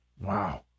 Wow